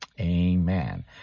Amen